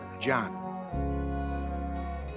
John